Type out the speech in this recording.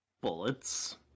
bullets